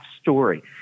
story